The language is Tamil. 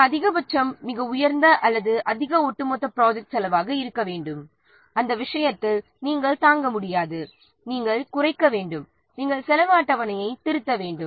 இந்த அதிகபட்ச மிக உயர்ந்த அல்லது அதிக ஒட்டுமொத்த ப்ராஜெக்ட் செலவாக இருக்க வேண்டும் அந்த விஷயத்தில் நாம் தாங்க முடியாது நாம் குறைக்க வேண்டும் நாம் செலவு அட்டவணையை திருத்த வேண்டும்